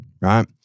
right